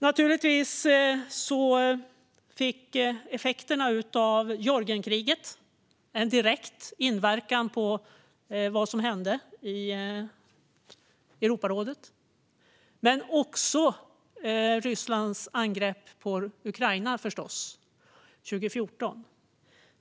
Naturligtvis fick effekterna av Georgienkriget en direkt inverkan på vad som hände i Europarådet, men naturligtvis också Rysslands angrepp på Ukraina 2014.